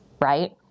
right